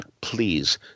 please